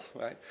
right